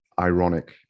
ironic